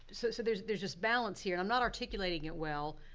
so so there's there's just balance here. i'm not articulating it well,